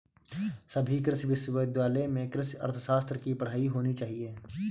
सभी कृषि विश्वविद्यालय में कृषि अर्थशास्त्र की पढ़ाई होनी चाहिए